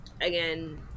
again